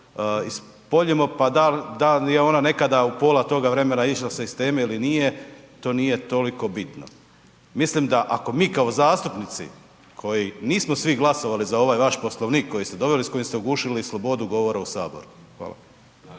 ispoljimo, pa dal, dal je ona nekada u pola toga vremena išlo se iz teme ili nije, to nije toliko bitno, mislim da ako mi kao zastupnici koji nismo svi glasovali za ovaj vaš Poslovnik koji ste doveli s kojim ste ugušili slobodu govora u saboru. Hvala.